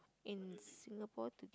in Singapore to